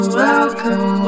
welcome